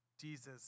Jesus